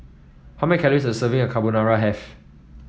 how many calories does a serving of Carbonara have